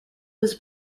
was